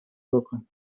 بـکـن